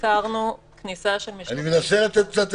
רק בשביל לחדד: זה נכנס ב-15(ב)(7),